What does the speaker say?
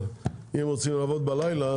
אם רוצים לעבוד בלילה,